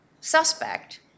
suspect